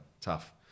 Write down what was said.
tough